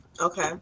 okay